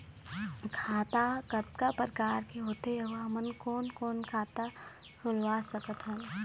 खाता कतका प्रकार के होथे अऊ हमन कोन कोन खाता खुलवा सकत हन?